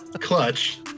Clutch